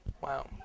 Wow